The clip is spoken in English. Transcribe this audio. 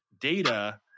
data